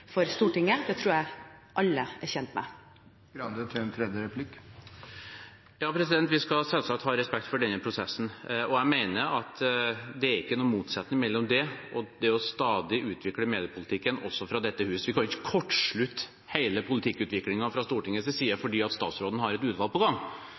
for Stortinget. Det tror jeg alle er tjent med. Vi skal selvsagt ha respekt for denne prosessen, og jeg mener at det ikke er noen motsetning mellom det og det å stadig utvikle mediepolitikken også fra dette hus. Vi kan ikke kortslutte hele politikkutviklingen fra Stortingets side